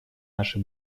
наше